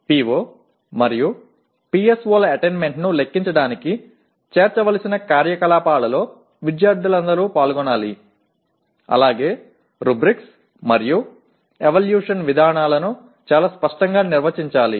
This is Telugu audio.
PO మరియు PSOల అటైన్మెంట్ను లెక్కించడానికి చేర్చవలసిన కార్యకలాపాలలో విద్యార్థులందరూ పాల్గొనాలి అలాగే రుబ్రిక్స్ మరియు ఎవాల్యుయేషన్ విధానాలను చాలా స్పష్టంగా నిర్వచించాలి